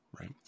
right